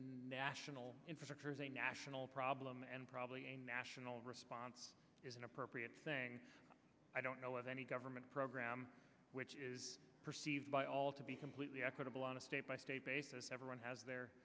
national infrastructure is a national problem and probably a national response is inappropriate i don't know of any government program which is perceived by all to be completely equitable on a state by state basis everyone has their